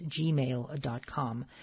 gmail.com